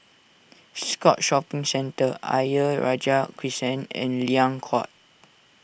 Scotts Shopping Centre Ayer Rajah Crescent and Liang Court